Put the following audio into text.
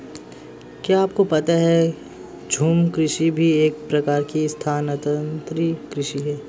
क्या आपको पता है झूम कृषि भी एक प्रकार की स्थानान्तरी कृषि ही है?